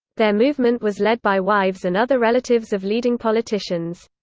their movement was led by wives and other relatives of leading politicians.